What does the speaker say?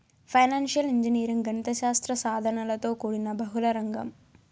financial engineering గణిత శాస్త్ర సాధనలతో కూడిన బహుళ రంగం